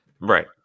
Right